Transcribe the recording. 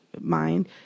mind